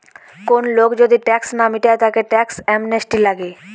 কোন লোক যদি ট্যাক্স না মিটায় তাকে ট্যাক্স অ্যামনেস্টি লাগে